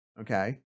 okay